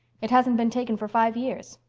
it hasn't been taken for five years!